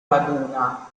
laguna